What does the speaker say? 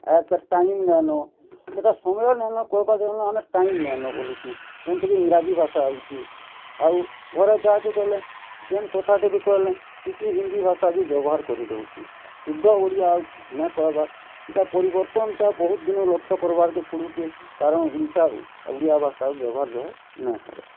ଆଜକା time ନାଇଁନ ସେଇଟା ସମୟ ନାଇଁନ କହେବା ଯେନ ଆମେ ଟାଇମ୍ ନାଇଁନ ବଲୁଛୁଁ ଯେନ୍ତା କି ଇଂରାଜୀ ଭାଷା ଆଉଛେ ଆଉ ଘରେ ଯାହାକେ କହେଲେ ଯେନ୍ କଥାଟେ ବି କହେଲେ କିଛି ହିନ୍ଦୀ ଭାଷା ବି ବ୍ୟବହାର୍ କରି ଦଉଛୁଁ ଶୁଦ୍ଧ ଓଡ଼ିଆ ଆଉ ନେଇଁ କହେବାର୍ ଇଟା ପରିବର୍ତ୍ତନଟା ବହୁତ୍ ଦିନୁ ଲକ୍ଷ୍ୟ କରବାର୍କେ ପଡ଼ୁଛେ କାରଣ ଓଡ଼ିଶା ଆଉ ଓଡ଼ିଆ ଭାଷା ବ୍ୟବହାର୍ ଜହ ନାଇଁ ହେବାର୍